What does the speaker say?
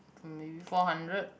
maybe four hundred